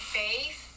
faith